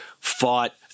Fought